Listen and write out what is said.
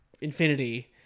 infinity